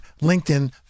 LinkedIn